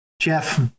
Jeff